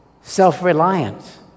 self-reliant